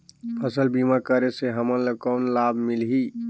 फसल बीमा करे से हमन ला कौन लाभ मिलही?